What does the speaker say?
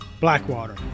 Blackwater